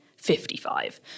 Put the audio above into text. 55